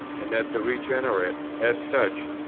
and that the regenerate, as such,